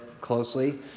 closely